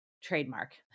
trademark